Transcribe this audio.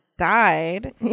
died